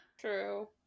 True